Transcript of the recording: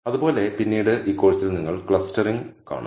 അതുപോലെ പിന്നീട് ഈ കോഴ്സിൽ നിങ്ങൾ ക്ലസ്റ്ററിംഗ് കാണും